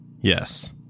yes